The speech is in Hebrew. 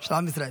של עם ישראל.